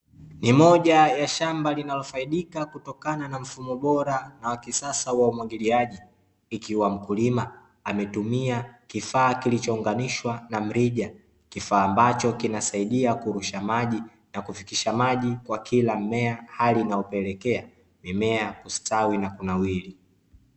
Ni moja ya shamba linalofaidika kutokana na mfumo bora na wa kisasa wa umwagiliaji. Ikiwa mkulima ametumia kifaa kilicho unganishwa na mrija, kifaa ambacho kinasaidia kurusha maji na kufikisha maji kwa kila mmea hali inayopelekea mimea kustawi na kunawiri.